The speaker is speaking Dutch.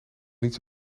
niets